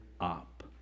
up